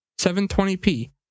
720p